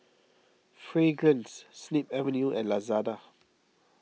Fragrance Snip Avenue and Lazada